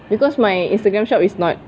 because my Instagram shop is not